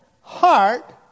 heart